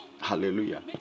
hallelujah